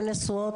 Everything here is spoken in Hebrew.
הן היו נשואות?